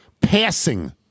Passing